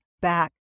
back